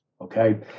Okay